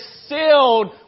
sealed